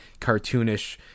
cartoonish